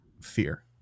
fear